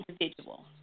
individual